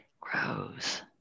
grows